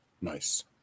nice